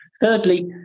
Thirdly